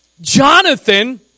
Jonathan